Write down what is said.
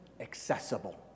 accessible